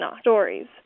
stories